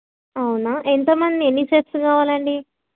అవునా ఎంతమంది ఎన్ని సెట్స్ కావాలండి